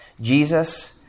Jesus